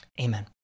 Amen